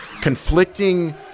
conflicting